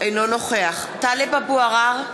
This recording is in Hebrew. אינו נוכח טלב אבו עראר,